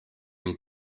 une